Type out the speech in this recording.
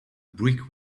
brick